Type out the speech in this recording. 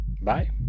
Bye